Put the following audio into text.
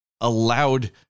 allowed